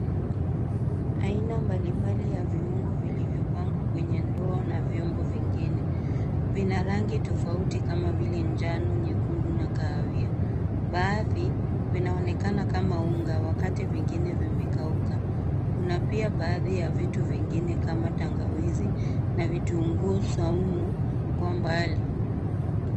Aina mbalimbali za viungo vimepangwa kwenye ndoo na vyombo vingine. Vina rangi tofauti kama vile njano, nyekundu na kahawia. Baadhi vinaonekana kama unga, wakati vingine vimekauka. Kuna pia baadhi ya vitu vingine kama tangawizi na vitunguu saumu, kwa mbali.